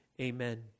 Amen